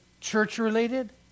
church-related